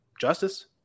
Justice